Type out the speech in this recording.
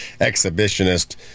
exhibitionist